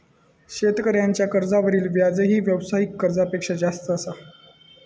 शेतकऱ्यांच्या कर्जावरील व्याजही व्यावसायिक कर्जापेक्षा जास्त असा